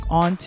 on